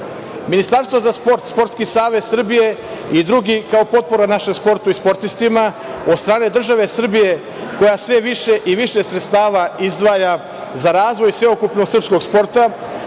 uzastopno. Ministarstvo za sport, Sportski savez Srbije i drugi, kao potpora našem sportu i sportistima, od strane države Srbije, koja sve više i više sredstava izdvaja za razvoj sveukupnog srpskog sporta,